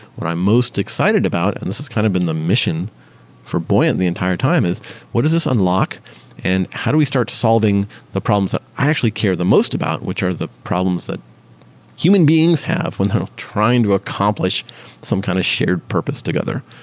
where i'm most excited about and this has kind of been the mission for buoyant the entire time is what does this unlock and how do we start solving the problems that i actually care the most about, which are the problems that human beings have when trying to accomplish some kind of shared purpose together?